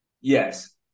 yes